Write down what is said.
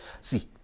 see